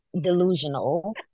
delusional